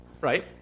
Right